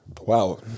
Wow